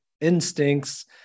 instincts